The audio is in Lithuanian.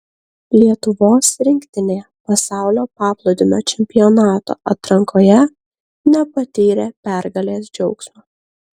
lietuvos rinktinė pasaulio paplūdimio čempionato atrankoje nepatyrė pergalės džiaugsmo